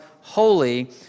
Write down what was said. holy